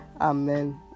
amen